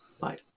bye